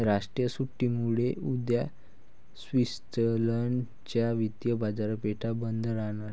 राष्ट्रीय सुट्टीमुळे उद्या स्वित्झर्लंड च्या वित्तीय बाजारपेठा बंद राहणार